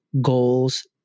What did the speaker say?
goals